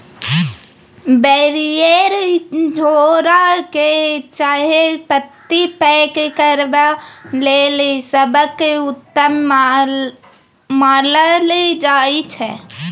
barrier झोरा केँ चाहपत्ती पैक करबा लेल सबसँ उत्तम मानल जाइ छै